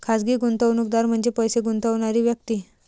खाजगी गुंतवणूकदार म्हणजे पैसे गुंतवणारी व्यक्ती